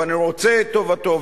ואני רוצה את טובתו,